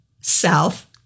south